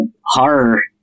horror